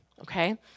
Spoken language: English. Okay